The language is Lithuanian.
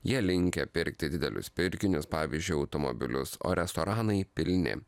jie linkę pirkti didelius pirkinius pavyzdžiui automobilius o restoranai pilni